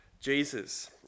Jesus